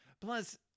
Plus